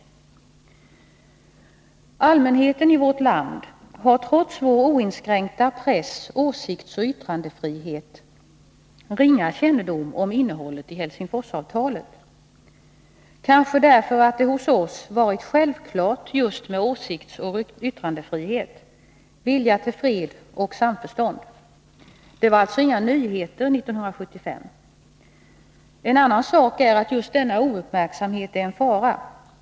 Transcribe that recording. Allmänheten i vårt land har trots vår oinskränkta press-, åsiktsoch yttrandefrihet ringa kännedom om innehållet i Helsingforsavtalet, kanske därför att det hos oss varit självklart just med åsiktsoch yttrandefrihet och med vilja till fred och samförstånd. Det var alltså inga nyheter som presenterades 1975. En annan sak är att just denna ouppmärksamhet är en fara.